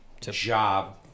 job